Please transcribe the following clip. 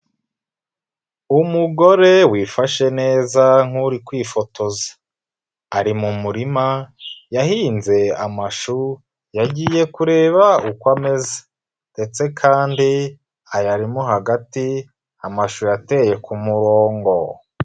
Umugore wifashe neza nk'uri kwifotoza, ari mu murima yahinze amashu yagiye kureba uko ameze ndetse kandi ayarimo hagati amashu yateye ku murongo.